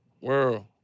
World